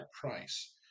price